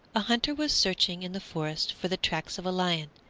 a hunter was searching in the forest for the tracks of a lion,